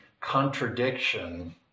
contradiction